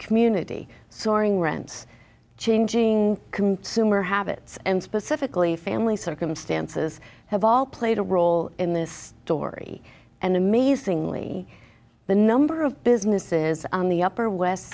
community soaring rents changing consumer habits and specifically family circumstances have all played a role in this story and amazingly the number of businesses on the upper west